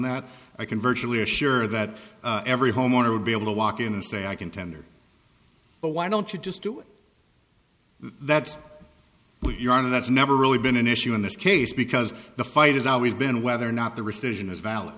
that i can virtually assure that every homeowner would be able to walk in and say i can tender but why don't you just do it that's what you are and that's never really been an issue in this case because the fight has always been whether or not the rescission is valid